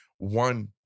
One